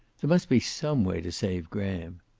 there must be some way to save graham.